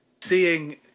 Seeing